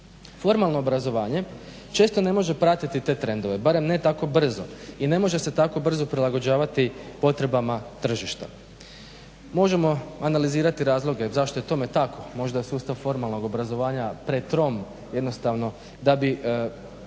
Formalno obrazovanje često ne može pratiti te trendove barem ne tako brzo i ne može se tako brzo prilagođavati potrebama tržišta. Možemo analizirati razloge zašto je tome tako, možda je sustav formalnog obrazovanja pretrom, jednostavno da bi